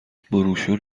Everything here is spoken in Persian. بروشور